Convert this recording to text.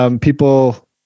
People